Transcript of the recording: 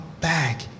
back